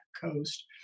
coast